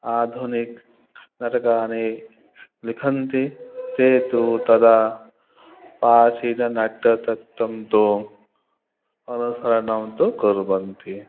आधुनिक नाटकानि लिखन्ति ते तु तदा प्राचीन नाट्यतत्त्वं तु अनुसरणं तु कुर्वन्ति